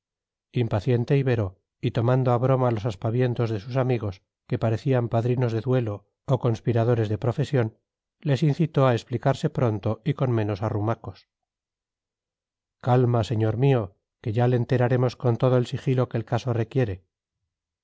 impaciente ibero y tomando a broma los aspavientos de sus amigos que parecían padrinos de duelo o conspiradores de profesión les incitó a explicarse pronto y con menos arrumacos calma señor mío que ya le enteraremos con todo el sigilo que el caso requiere